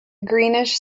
greenish